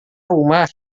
rumah